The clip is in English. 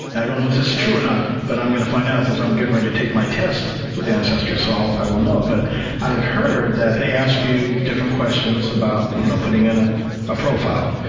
i don't know if it's true or not but i'm going to find out cause i'm getting ready to take my test with ancestry, so i will know. but i have heard that they ask you different questions about you know putting in a but profile.